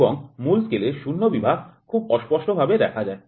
এবং মূল স্কেলের শূন্য বিভাগ খুব অস্পষ্টভাবে দেখা যায়